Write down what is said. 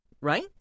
right